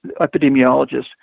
epidemiologist